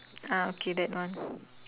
ah okay that one